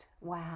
wow